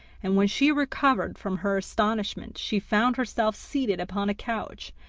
and when she recovered from her astonishment she found herself seated upon a couch,